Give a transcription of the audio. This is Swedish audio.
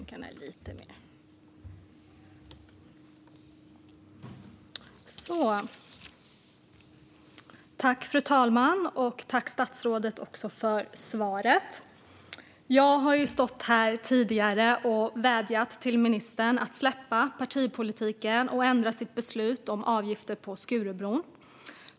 Fru talman! Tack, statsrådet, för svaret! Jag har stått här tidigare och vädjat till ministern att släppa partipolitiken och ändra sitt beslut om avgifter på Skurubron.